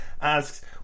asks